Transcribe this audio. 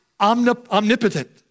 omnipotent